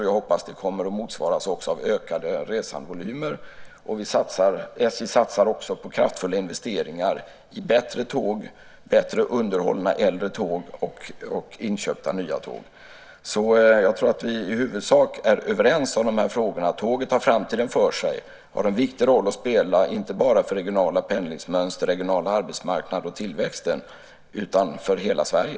Jag hoppas att det kommer att motsvaras av ökande resandevolymer. SJ satsar också på kraftfulla investeringar i bättre tåg, bättre underhållna äldre tåg och inköpta nya tåg. Vi är i huvudsak överens om frågorna. Tåget har framtiden för sig. Det har en viktig roll att spela inte bara för regionala pendlingsmönster, regional arbetsmarknad och tillväxt utan för hela Sverige.